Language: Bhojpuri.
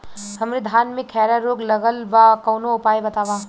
हमरे धान में खैरा रोग लगल बा कवनो उपाय बतावा?